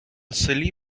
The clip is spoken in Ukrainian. селі